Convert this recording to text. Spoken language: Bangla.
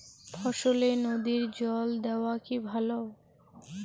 ফসলে নদীর জল দেওয়া কি ভাল?